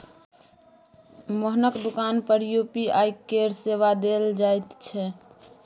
मोहनक दोकान पर यू.पी.आई केर सेवा देल जाइत छै